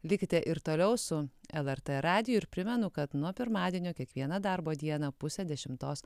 likite ir toliau su lrt radiju ir primenu kad nuo pirmadienio kiekvieną darbo dieną pusę dešimtos